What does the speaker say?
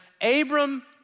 Abram